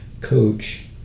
coach